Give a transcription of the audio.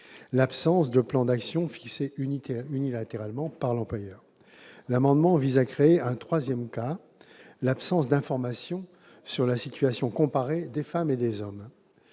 l'absence de plan d'action fixé unilatéralement par l'employeur. L'amendement vise à créer un troisième cas : l'absence d'informations sur la situation comparée des femmes et des hommes.